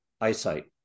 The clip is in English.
eyesight